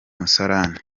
musarane